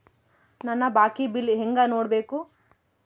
ನನ್ನ ಬಾಕಿ ಬಿಲ್ ಹೆಂಗ ನೋಡ್ಬೇಕು?